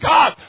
God